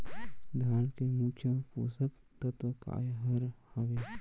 धान के मुख्य पोसक तत्व काय हर हावे?